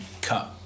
cut